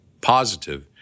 positive